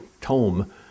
tome